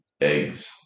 eggs